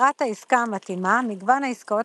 בחירת העסקה המתאימה – מגוון העסקאות